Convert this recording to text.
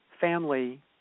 family